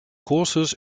courses